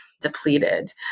depleted